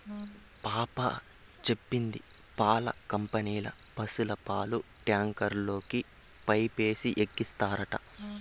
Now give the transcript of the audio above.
పాప చెప్పింది పాల కంపెనీల పశుల పాలు ట్యాంకుల్లోకి పైపేసి ఎక్కిత్తారట